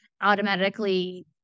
automatically